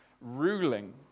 ruling